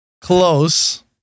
Close